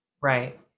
Right